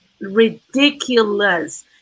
ridiculous